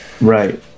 right